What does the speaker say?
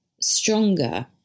stronger